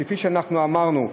כפי שאמרנו,